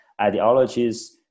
ideologies